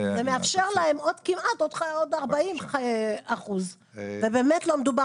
זה מאפשר להם כמעט עוד 40%. באמת לא מדובר